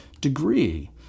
degree